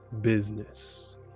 business